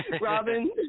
Robin